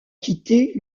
quitter